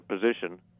position